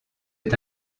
est